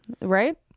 Right